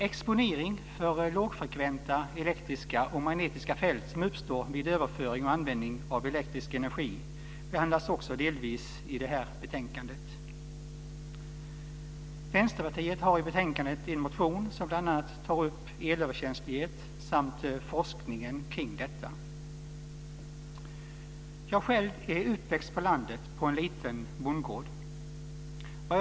Exponering för lågfrekventa elektriska och magnetiska fält som uppstår vid överföring och användning av elektrisk energi behandlas också delvis i det här betänkandet. I betänkandet behandlas en motion av Vänsterpartiet där vi bl.a. tar upp frågan om elöverkänslighet samt forskningen kring denna. Själv har jag växt upp på en liten bondgård på landet.